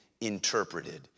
interpreted